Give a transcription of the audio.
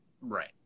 Right